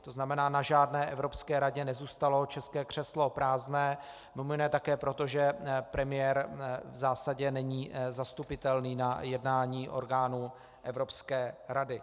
To znamená, na žádné Evropské radě nezůstalo české křeslo prázdné, mimo jiné také proto, že premiér v zásadě není zastupitelný na jednání orgánů Evropské rady.